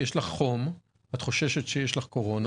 יש לך חום, את חוששת שיש לך קורונה.